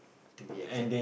to be exact